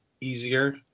easier